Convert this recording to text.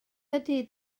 ydy